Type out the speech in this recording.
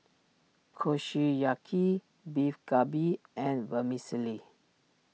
Kushiyaki Beef Galbi and Vermicelli